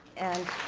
and